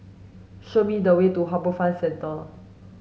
show me the way to HarbourFront Centre